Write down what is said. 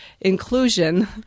inclusion